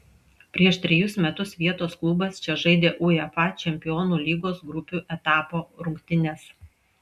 prieš trejus metus vietos klubas čia žaidė uefa čempionų lygos grupių etapo rungtynes